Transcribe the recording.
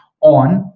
on